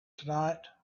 tonight